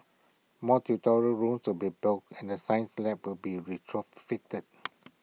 more tutorial rooms will be built and the science labs will be retrofitted